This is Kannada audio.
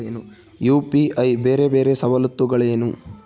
ಯು.ಪಿ.ಐ ಬೇರೆ ಬೇರೆ ಸವಲತ್ತುಗಳೇನು?